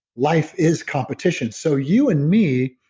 life is competition. so you and me,